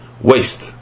waste